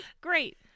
Great